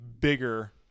bigger